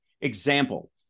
example